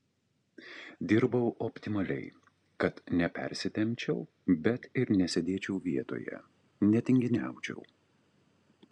dirbau optimaliai kad nepersitempčiau bet ir nesėdėčiau vietoje netinginiaučiau